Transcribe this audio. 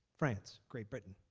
france, great britain,